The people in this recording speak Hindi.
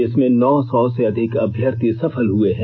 इसमें नौ सौ से अधिक अभ्यर्थी सफल हुए हैं